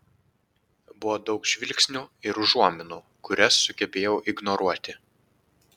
buvo daug žvilgsnių ir užuominų kurias sugebėjau ignoruoti